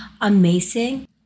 amazing